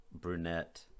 brunette